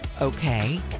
okay